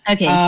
Okay